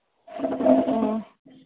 ꯑꯣ